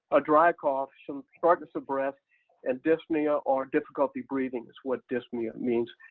a dry cough, some shortness of breath and dyspnea or difficulty breathing is what dyspnea means,